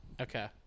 Okay